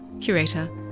Curator